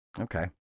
Okay